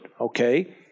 okay